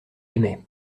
aimait